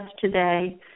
today